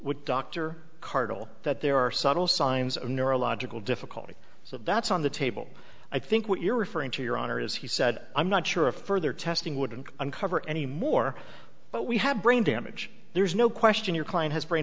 with dr cardle that there are subtle signs of neurological difficulty so that's on the table i think what you're referring to your honor is he said i'm not sure of further testing wouldn't uncover any more but we have brain damage there's no question your client has brain